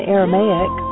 Aramaic